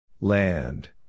Land